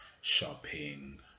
Shopping